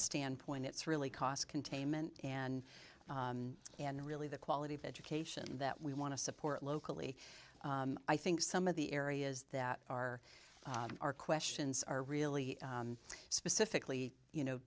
standpoint it's really cost containment and and really the quality of education that we want to support locally i think some of the areas that are our questions are really specifically you know